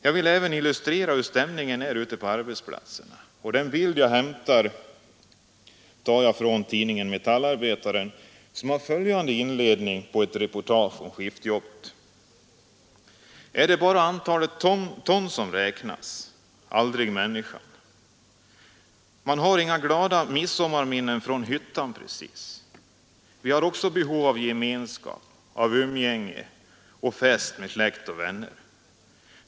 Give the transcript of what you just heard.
Jag vill illustrera stämningen ute på arbetsplatserna genom att citera inledningen till ett reportage i tidningen Metallarbetaren om skiftarbetet: ”Är det bara antalet ton som räknas? Aldrig människan? Man har inga glada midsommarminnen från hyttan precis. Vi har också behov av gemenskap, av umgänge och fest med släkt och vänner.